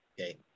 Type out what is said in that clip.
Okay